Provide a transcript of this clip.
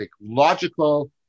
logical